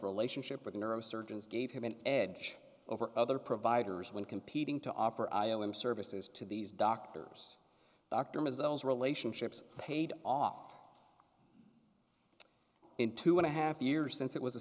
relationship with neurosurgeons gave him an edge over other providers when competing to offer i o m services to these doctors dr ms those relationships paid off in two and a half years since it was a